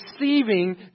receiving